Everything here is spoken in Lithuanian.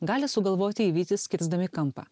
gali sugalvoti jį vytis kirsdami kampą